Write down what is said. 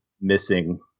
missing